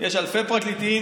יש אלפי פרקליטים,